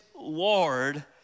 Lord